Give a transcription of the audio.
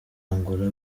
angola